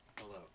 Hello